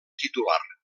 titular